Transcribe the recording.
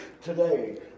today